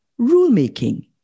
Rulemaking